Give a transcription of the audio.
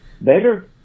better